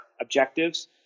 objectives